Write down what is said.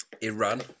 Iran